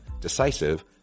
decisive